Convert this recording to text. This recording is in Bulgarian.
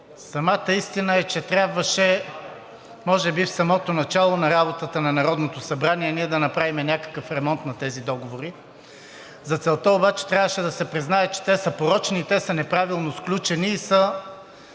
самата истина е, че трябваше може би в самото начало на работата на Народното събрание ние да направим някакъв ремонт на тези договори. За целта обаче трябваше да се признае, че те са порочни, те са неправилно сключени и са